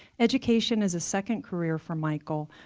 education is a second career for michael,